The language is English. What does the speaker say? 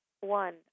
one